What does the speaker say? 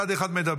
צד אחד מדבר.